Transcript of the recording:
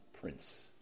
Prince